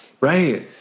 Right